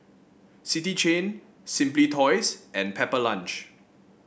City Chain Simply Toys and Pepper Lunch